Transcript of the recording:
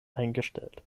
eingestellt